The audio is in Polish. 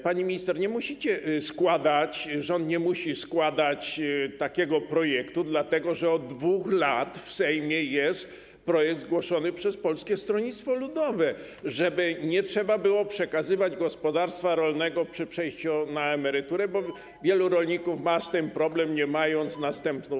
Pani minister, nie musicie składać, rząd nie musi składać takiego projektu, dlatego że od 2 lat w Sejmie jest projekt złożony przez Polskie Stronnictwo Ludowe, żeby nie trzeba było przekazywać gospodarstwa rolnego przy przejściu na emeryturę, bo wielu rolników ma z tym problem, nie mając następców.